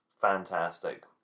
fantastic